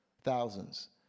Thousands